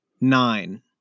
nine